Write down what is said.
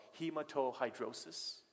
hematohydrosis